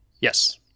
Yes